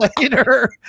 later